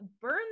Burn